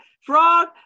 Frog